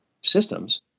systems